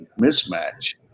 mismatch